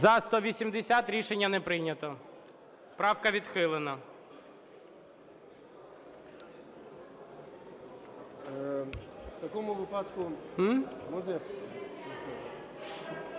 За-180 Рішення не прийнято. Правка відхилена.